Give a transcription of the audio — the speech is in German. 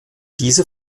diese